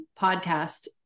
podcast